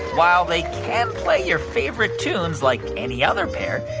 while they can play your favorite tunes like any other pair,